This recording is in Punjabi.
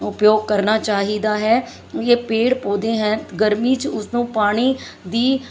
ਉਪਯੋਗ ਕਰਨਾ ਕਰਨਾ ਚਾਹੀਦਾ ਹੈ ਪੇੜ ਪੌਦੇ ਹੈ ਗਰਮੀ 'ਚ ਉਸਨੂੰ ਪਾਣੀ ਦੀ